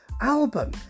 album